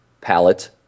palette